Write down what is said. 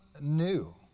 new